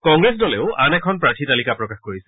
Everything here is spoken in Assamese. কংগ্ৰেছ দলেও আন এখন প্ৰাৰ্থী তালিকা প্ৰকাশ কৰিছে